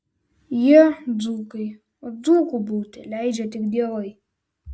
jie dzūkai o dzūku būti leidžia tik dievai